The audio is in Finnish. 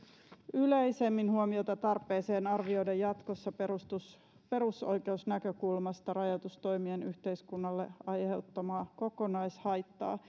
yleisemmin huomiota tarpeeseen arvioida jatkossa perusoikeusnäkökulmasta rajoitustoimien yhteiskunnalle aiheuttamaa kokonaishaittaa